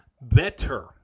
better